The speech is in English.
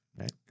right